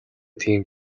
тийм